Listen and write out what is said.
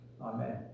Amen